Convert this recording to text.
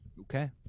okay